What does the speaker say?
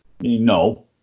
No